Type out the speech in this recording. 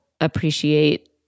appreciate